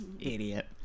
Idiot